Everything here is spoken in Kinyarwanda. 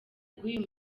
bw’uyu